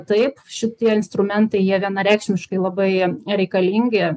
taip šitie instrumentai jie vienareikšmiškai labai em reikalingi